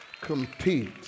compete